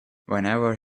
whenever